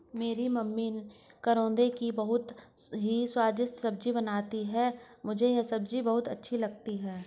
मेरी मम्मी करौंदे की बहुत ही स्वादिष्ट सब्जी बनाती हैं मुझे यह सब्जी बहुत अच्छी लगती है